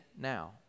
now